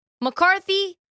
McCarthy